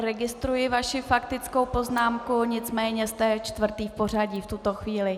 Registruji vaši faktickou poznámku, nicméně jste čtvrtý v pořadí v tuto chvíli.